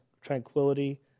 tranquility